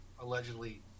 allegedly